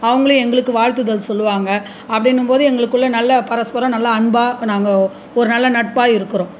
அவங்களும் எங்களுக்கு வாழ்த்துதல் சொல்லுவாங்க அப்படின்னும் போது எங்களுக்குள்ள நல்ல பரஸ்பரம் நல்ல அன்பாக இப்போ நாங்கள் ஒரு நல்ல நட்பாக இருக்கிறோம்